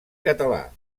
català